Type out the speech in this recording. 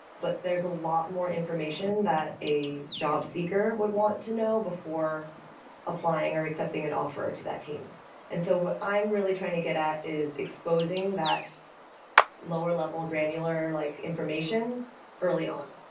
but there is a lot more information that a job seeker would want to know before applying or accepting an offer to that team and so what i'm really trying to get at is exposing that lower level, granular like information early on.